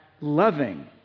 loving